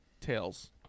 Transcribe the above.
tails